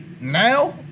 now